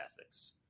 ethics